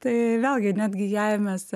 tai vėlgi netgi jei mes